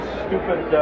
stupid